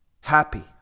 happy